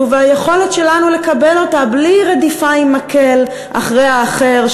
והיכולת שלנו לקבל אותה בלי רדיפה עם מקל אחרי האחר,